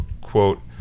quote